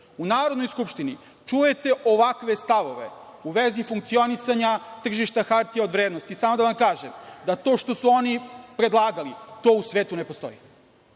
u Narodnoj skupštini čujete ovakve stavove u vezi funkcionisanja tržišta hartija od vrednosti, samo da vam kažem da to što su oni predlagali, u svetu to ne postoji.